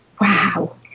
Wow